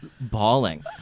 bawling